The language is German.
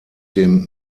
dem